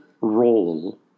role